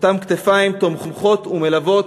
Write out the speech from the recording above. אותן כתפיים תומכות ומלוות,